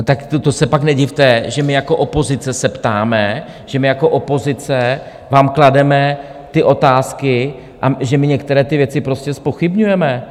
No, tak to se pak nedivte, že jako opozice se ptáme, že jako opozice vám klademe otázky a že některé ty věci prostě zpochybňujeme.